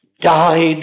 died